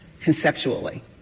conceptually